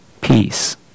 peace